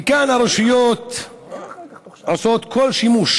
וכאן הרשויות עושות כל שימוש